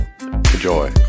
Enjoy